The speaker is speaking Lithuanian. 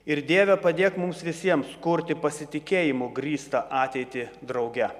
ir dieve padėk mums visiems kurti pasitikėjimu grįstą ateitį drauge